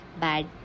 bad